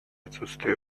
отсутствии